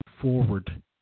forward